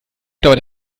dauert